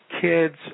Kids